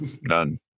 none